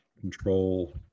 control